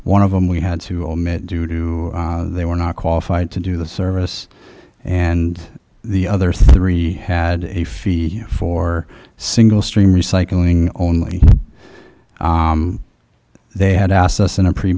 one of them we had to omit due to they were not qualified to do the service and the other three had a fee for single stream recycling only they had asked us in a pretty